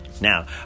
Now